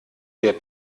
der